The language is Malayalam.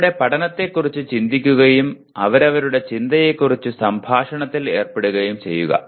അവരുടെ പഠനത്തെക്കുറിച്ച് ചിന്തിക്കുകയും അവരുടെ ചിന്തയെക്കുറിച്ച് സംഭാഷണത്തിൽ ഏർപ്പെടുകയും ചെയ്യുക